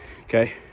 okay